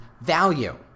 value